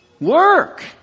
Work